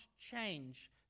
change